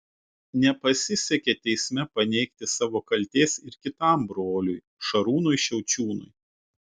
nepasisekė teisme paneigti savo kaltės ir kitam broliui šarūnui šiaučiūnui